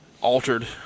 altered